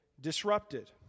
disrupted